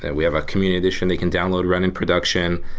and we have a community edition they can download, run in production.